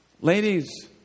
Ladies